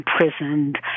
imprisoned